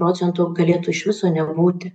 procentų galėtų iš viso nebūti